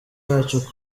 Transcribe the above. zacu